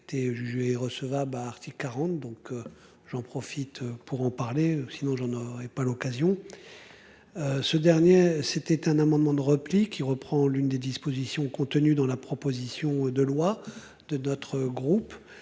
qui a. Été jugée recevable. Article 40 donc j'en profite pour en parler sinon j'en aurai pas l'occasion. Ce dernier c'était un amendement de repli qui reprend l'une des dispositions contenues dans la proposition de loi de notre groupe